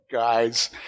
guys